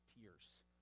Tears